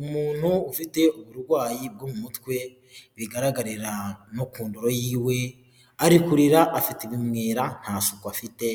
Umuntu ufite uburwayi bwo mu mutwe, bigaragarira no ku ndoro yiwe, ari kurira afite ibimwira nta suku afite,